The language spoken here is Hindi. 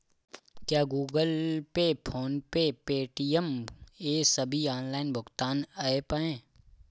क्या Google Pay PhonePe Paytm ये सभी ऑनलाइन भुगतान ऐप हैं?